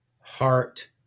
heart